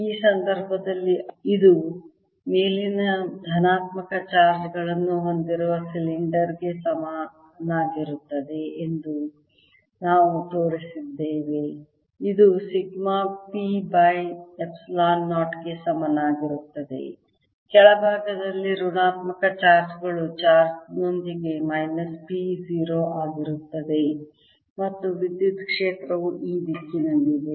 ಈ ಸಂದರ್ಭದಲ್ಲಿ ಇದು ಮೇಲಿನ ಧನಾತ್ಮಕ ಚಾರ್ಜ್ ಗಳನ್ನು ಹೊಂದಿರುವ ಸಿಲಿಂಡರ್ ಗೆ ಸಮನಾಗಿರುತ್ತದೆ ಎಂದು ನಾವು ತೋರಿಸಿದ್ದೇವೆ ಇದು ಸಿಗ್ಮಾ P ಬೈ ಎಪ್ಸಿಲಾನ್ 0 ಗೆ ಸಮನಾಗಿರುತ್ತದೆ ಕೆಳಭಾಗದಲ್ಲಿ ಋಣಾತ್ಮಕ ಚಾರ್ಜ್ ಗಳು ಚಾರ್ಜ್ ನೊಂದಿಗೆ ಮೈನಸ್ P 0 ಆಗಿರುತ್ತದೆ ಮತ್ತು ವಿದ್ಯುತ್ ಕ್ಷೇತ್ರವು ಈ ದಿಕ್ಕಿನಲ್ಲಿದೆ